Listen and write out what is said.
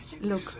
Look